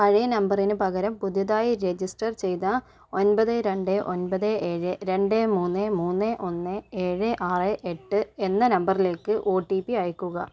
പഴയ നമ്പറിന് പകരം പുതിതായി രജിസ്റ്റർ ചെയ്ത ഒൻപത് രണ്ട് ഒൻപത് ഏഴ് രണ്ട് മൂന്ന് മൂന്ന് ഒന്ന് ഏഴ് ആറ് എട്ട് എന്ന നമ്പറിലേക്ക് ഒ ടി പി അയ്ക്കുക